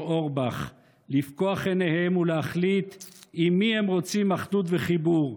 אורבך לפקוח עיניהם ולהחליט עם מי הם רוצים אחדות וחיבור,